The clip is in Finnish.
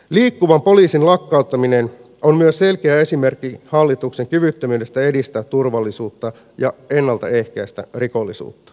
liikkuvan poliisin lakkauttaminen on myös selkeä esimerkki hallituksen kyvyttömyydestä edistää turvallisuutta ja ennalta ehkäistä rikollisuutta